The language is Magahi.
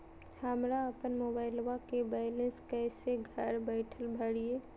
हमरा अपन मोबाइलबा के बैलेंस कैसे घर बैठल भरिए?